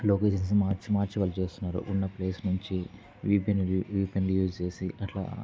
locations మార్చి మార్చి వాళ్ళు చేస్తున్నారు ఉన్న ప్లేస్ నుంచి విపన్ విపన్ యూస్ చేసి అలా